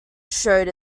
showed